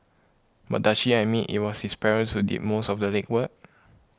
but does she admit it was his parents who did most of the legwork